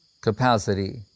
capacity